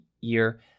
year